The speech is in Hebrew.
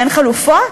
אין חלופות?